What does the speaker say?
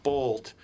Bolt